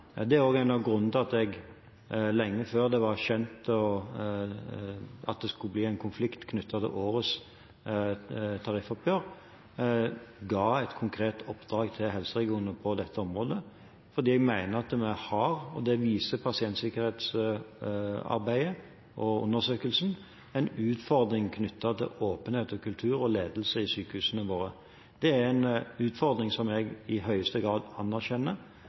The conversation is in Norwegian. Det er også en av grunnene til at jeg, lenge før det var kjent at det skulle bli en konflikt knyttet til årets tariffoppgjør, ga et konkret oppdrag til helseregionene på dette området, fordi jeg mener at vi har – og det viser pasientsikkerhetsarbeidet og undersøkelsen – en utfordring knyttet til åpenhet, kultur og ledelse i sykehusene våre. Det er en utfordring som jeg i høyeste grad anerkjenner,